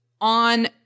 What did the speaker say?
on